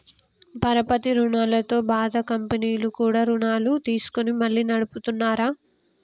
పరపతి రుణాలతో బాధ కంపెనీలు కూడా రుణాలు తీసుకొని మళ్లీ నడుపుతున్నార